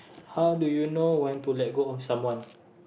how do you know when to let go of someone